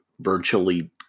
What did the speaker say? virtually